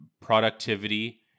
productivity